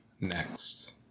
next